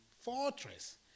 Fortress